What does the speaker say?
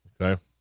Okay